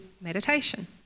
meditation